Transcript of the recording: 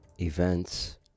events